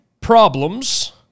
problems